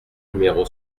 numéro